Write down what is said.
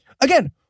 Again